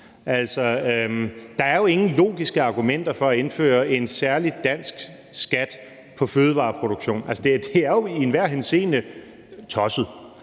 Der er jo ingen logiske argumenter for at indføre en særlig dansk skat på fødevareproduktion. Altså, det er jo i enhver henseende tosset,